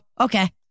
okay